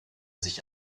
sich